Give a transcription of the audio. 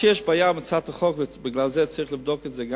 הבעיה שישנה בהצעת החוק, ובגללה צריך לבדוק אותה,